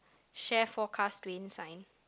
share forecast rain sign